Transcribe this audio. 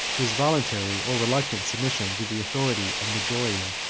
his voluntary, or reluctant, submission to the authority of majorian,